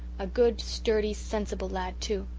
a good, sturdy, sensible lad, too.